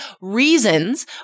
reasons